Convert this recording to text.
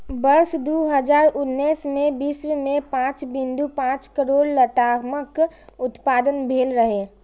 वर्ष दू हजार उन्नैस मे विश्व मे पांच बिंदु पांच करोड़ लतामक उत्पादन भेल रहै